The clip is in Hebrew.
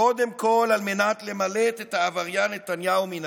קודם כול על מנת למלט את העבריין נתניהו מן